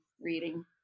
reading